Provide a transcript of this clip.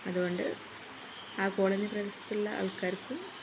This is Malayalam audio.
അതുകൊണ്ട് ആ കോളനി പ്രദേശത്തുള്ള ആൾക്കാർക്കും